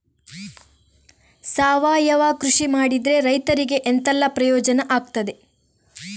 ಸಾವಯವ ಕೃಷಿ ಮಾಡಿದ್ರೆ ರೈತರಿಗೆ ಎಂತೆಲ್ಲ ಪ್ರಯೋಜನ ಆಗ್ತದೆ?